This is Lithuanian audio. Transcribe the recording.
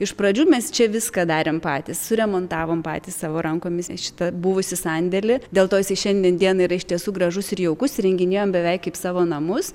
iš pradžių mes čia viską darėm patys suremontavom patys savo rankomis šitą buvusį sandėlį dėl to jisai šiandien dienai yra iš tiesų gražus ir jaukus įrenginėjom beveik kaip savo namus